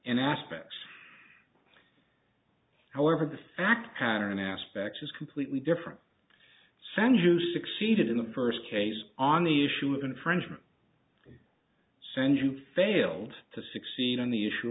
and aspect however the fact pattern aspect is completely different sand you succeeded in the first case on the issue of infringement sensu failed to succeed on the issue